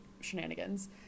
shenanigans